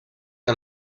que